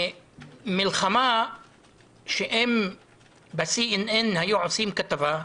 מלחמה שאם ב-CNN היו עושים כתבה,